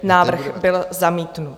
Návrh byl zamítnut.